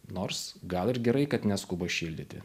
nors gal ir gerai kad neskuba šildyti